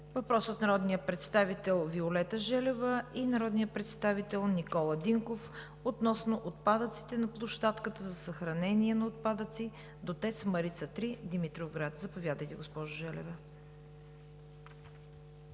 Въпрос от народните представители Виолета Желева и Никола Динков относно отпадъците на площадката за съхранение на отпадъци до ТЕЦ „Марица 3“ – Димитровград. Заповядайте, госпожо Желева.